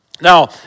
Now